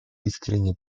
искренние